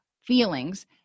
feelings